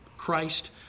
Christ